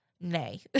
Nay